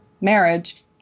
marriage